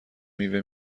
میوه